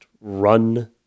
run